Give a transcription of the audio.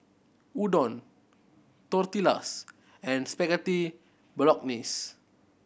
Udon Tortillas and Spaghetti Bolognese